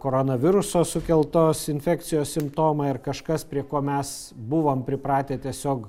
korona viruso sukeltos infekcijos simptomai ar kažkas prie ko mes buvom pripratę tiesiog